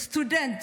סטודנט